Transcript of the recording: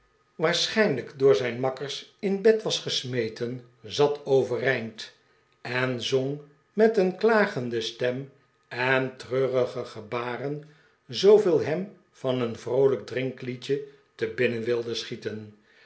door zijn makkers in bed was gesmeten zat overeind en zong met een klagende stem en treurige gebaren zooveel hem van een vroolijk drinkliedje te binnen wilde sehieten